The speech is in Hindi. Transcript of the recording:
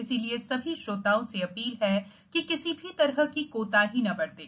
इसलिए सभी श्रोताओं से अपील है कि किसी भी तरह की कोताही न बरतें